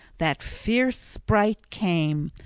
that fierce sprite came,